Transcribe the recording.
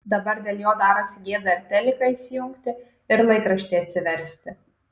dabar dėl jo darosi gėda ir teliką įsijungti ir laikraštį atsiversti